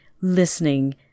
listening